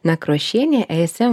nekrošienė aesem vadovų